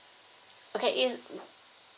okay it's